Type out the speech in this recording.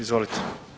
Izvolite.